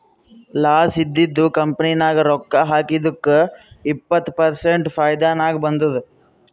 loss ಇದ್ದಿದು company ನಾಗ್ ರೊಕ್ಕಾ ಹಾಕಿದ್ದುಕ್ ಇಪ್ಪತ್ ಪರ್ಸೆಂಟ್ ಫೈದಾ ನಾಗ್ ಬಂದುದ್